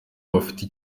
bafite